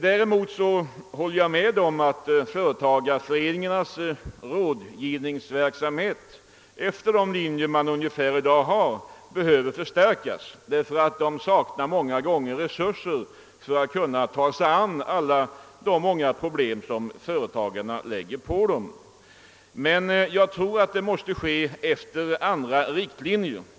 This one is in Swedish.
Däremot håller jag med om att företagareföreningarnas rådgivningsverksamhet efter ungefär de linjer som följs i dag behöver förstärkas, eftersom föreningarna många gånger saknar resurser för att ta sig an alla de svåra problem som företagarna lägger på dem, men jag anser att verksamheten bör bedrivas efter andra riktlinjer.